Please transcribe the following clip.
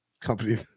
company